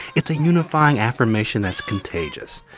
it's a unifying affirmation that's contagious.